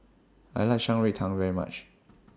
I like Shan Rui Tang very much